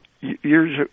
Years